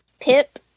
Pip